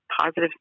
positive